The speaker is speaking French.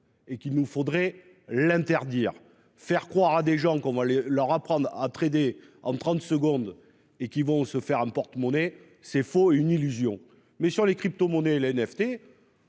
et qu'il nous faudrait l'interdire. Faire croire à des gens qu'on va le leur apprendre à traîner en 30 secondes et qui vont se faire un porte-monnaie c'est faux. Une illusion mais sur les cryptomonnaies. Le NFT.